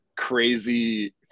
crazy